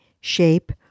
shape